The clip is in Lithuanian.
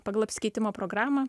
pagal apsikeitimo programą